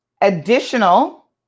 additional